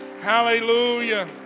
Hallelujah